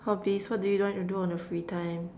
how what do you like to do on your free time